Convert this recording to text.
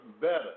better